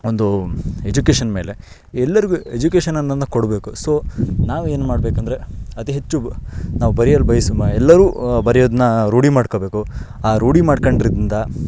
ಒಂದು ಎಜುಕೇಷನ್ ಮೇಲೆ ಎಲ್ಲರಿಗೂ ಎಜುಕೇಷನ್ ಅನ್ನ ಕೊಡಬೇಕು ಸೊ ನಾವು ಏನು ಮಾಡಬೇಕಂದ್ರೆ ಅತಿ ಹೆಚ್ಚು ನಾವು ಬರಿಯಲ್ಲ ಬಯಸುವ ಎಲ್ಲರೂ ಬರಿಯೋದನ್ನ ರೂಢಿ ಮಾಡ್ಕೊಳ್ಬೇಕು ಆ ರೂಢಿ ಮಾಡ್ಕೊಂಡ್ರಿಂದ